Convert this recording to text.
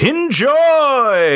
Enjoy